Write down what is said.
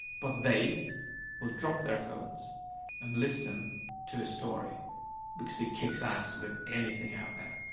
but they will drop their phones and listen to a story because it kicks ass with anything out there.